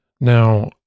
Now